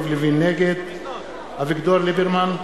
נגד אביגדור ליברמן,